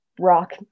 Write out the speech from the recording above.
rock